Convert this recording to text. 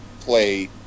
play